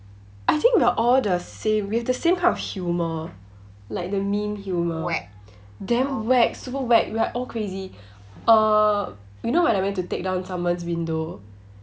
I think they're all the same we've the same kind of humour like the meme humour damn whack super whack we're all crazy uh you know when I went to take down someone's window